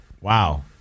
Wow